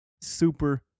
Super